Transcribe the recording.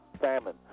famine